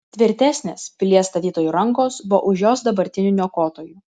tvirtesnės pilies statytojų rankos buvo už jos dabartinių niokotojų